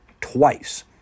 twice